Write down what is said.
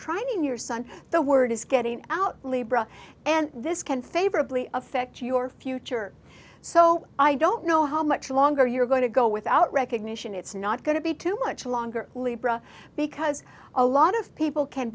trying your son the word is getting out libra and this can favorably affect your future so i don't know how much longer you're going to go without recognition it's not going to be too much longer libra because a lot of people can